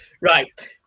Right